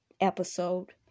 episode